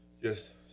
Yes